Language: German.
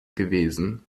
gewesen